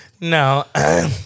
No